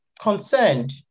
concerned